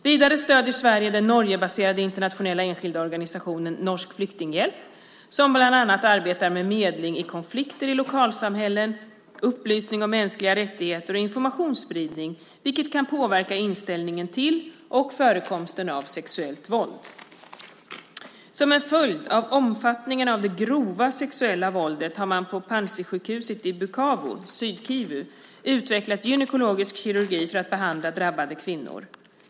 Vidare stöder Sverige den Norgebaserade internationella enskilda organisationen Norsk Flyktinghjelp, som bland annat arbetar med medling i konflikter i lokalsamhällen, upplysning om mänskliga rättigheter och informationsspridning, vilket kan påverka inställningen till och förekomsten av sexuellt våld. Som en följd av omfattningen av det grova sexuella våldet har man på Panzisjukhuset i Bukavu, Syd-Kivu, utvecklat gynekologisk kirurgi för att behandla drabbade kvinnor.